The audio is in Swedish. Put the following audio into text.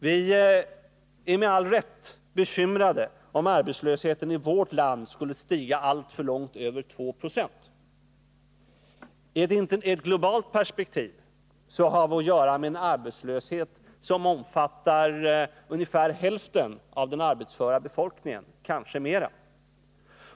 Vi är med all rätt bekymrade om arbetslösheten i vårt land skulle stiga alltför långt över 2 90. I ett globalt perspektiv har vi att göra med en arbetslöshet som omfattar ungefär hälften av den arbetsföra befolkningen, kanske mer.